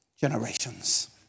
generations